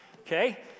Okay